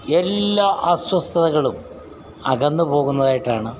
എല്ലാ അസ്വസ്ഥതകളും അകന്നു പോകുന്നതായിട്ടാണ്